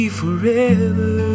forever